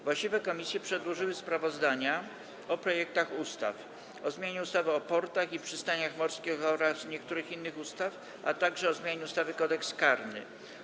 Właściwe komisje przedłożyły sprawozdania o projektach ustaw: - o zmianie ustawy o portach i przystaniach morskich oraz niektórych innych ustaw, - o zmianie ustawy Kodeks karny.